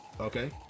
Okay